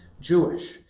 Jewish